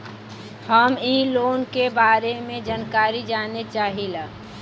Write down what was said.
हम इ लोन के बारे मे जानकारी जाने चाहीला?